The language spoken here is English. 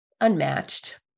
unmatched